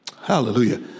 Hallelujah